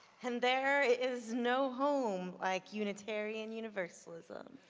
and there is no home like unitarian universalism.